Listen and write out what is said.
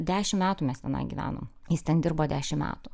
dešimt metų mes tenai gyvenom jis ten dirbo dešimt metų